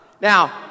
now